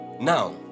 Now